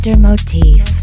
motif